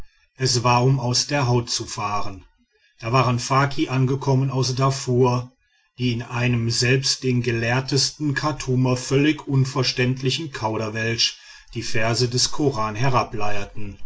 es war um aus der haut zu fahren da waren faki angekommen aus darfur die in einem selbst den gelehrtesten chartumern völlig unverständlichen kauderwelsch die verse des koran